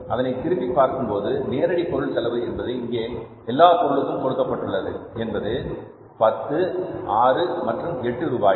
அதனை திரும்பி பார்க்கும் போது நேரடி பொருள் செலவு என்பது இங்கே எல்லா பொருள்களுக்கும் கொடுக்கப்பட்டது என்பது 10 6 மற்றும் 8 ரூபாய்கள்